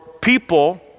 people